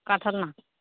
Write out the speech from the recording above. কাঁঠাল না